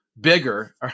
bigger